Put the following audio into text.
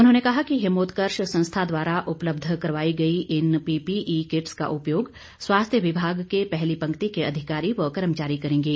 उन्होंने कहा कि हिमोत्कर्ष संस्था द्वारा उपलब्ध करवाई गई इन पीपीई किट्स का उपयोग स्वास्थ्य विभाग के पहली पंक्ति के अधिकारी व कर्मचारी करेंगे